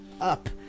up